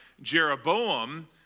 Jeroboam